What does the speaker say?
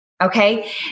okay